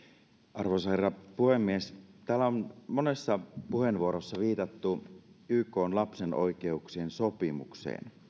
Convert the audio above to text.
arvoisa herra puhemies täällä on monessa puheenvuorossa viitattu ykn lapsen oikeuksien sopimukseen